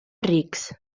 rics